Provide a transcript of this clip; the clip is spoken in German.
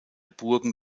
burgen